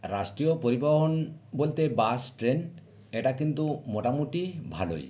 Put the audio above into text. রাষ্ট্রীয় পরিবহন বলতে বাস ট্রেন এটা কিন্তু মোটামুটি ভালোই